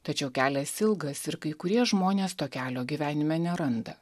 tačiau kelias ilgas ir kai kurie žmonės to kelio gyvenime neranda